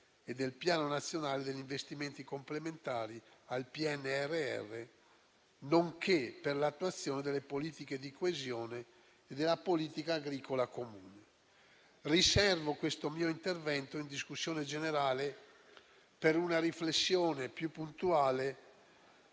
e del Piano nazionale degli investimenti complementari al PNRR, nonché per l'attuazione delle politiche di coesione e della politica agricola comune. Riservo questo mio intervento in discussione generale per una riflessione più puntuale